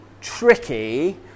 tricky